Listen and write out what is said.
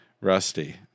Rusty